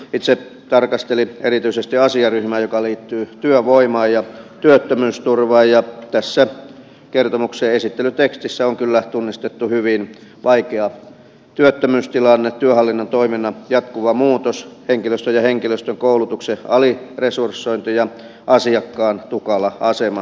itse tarkastelin erityisesti asiaryhmää joka liittyy työvoimaan ja työttömyysturvaan ja tässä kertomuksen esittelytekstissä on kyllä tunnistettu hyvin vaikea työttömyystilanne työhallinnon toiminnan jatkuva muutos henkilöstön ja henkilöstön koulutuksen aliresursointi ja asiakkaan tukala asema byrokratiaviidakossa